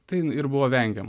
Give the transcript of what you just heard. taip jin ir buvo vengiama